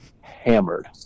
hammered